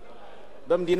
במדינת ישראל,